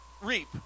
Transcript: reap